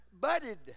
budded